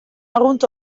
arrunt